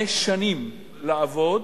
שנים לעבוד